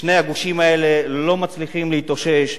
שני הגושים האלה לא מצליחים להתאושש.